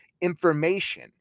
information